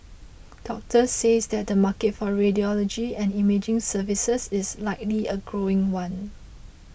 doctors says that the market for radiology and imaging services is likely a growing one